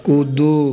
कूदू